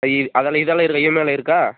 அதெலாம் இதெலாம் இஎம்ஐலாம் இருக்கா